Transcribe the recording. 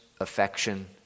affection